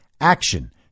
Action